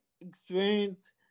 experience